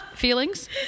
Feelings